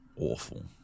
awful